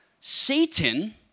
Satan